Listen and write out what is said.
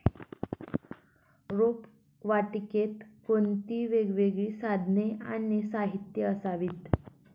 रोपवाटिकेत कोणती वेगवेगळी साधने आणि साहित्य असावीत?